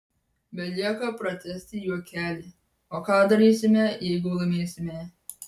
belieka pratęsti juokelį o ką darysime jeigu laimėsime